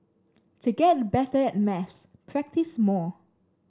to get better at maths practise more